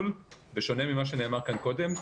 בשונה ממה שנאמר כאן קודם,